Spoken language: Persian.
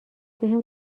بهم